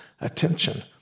attention